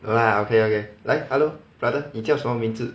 no lah okay okay like hello brother 你叫什么名字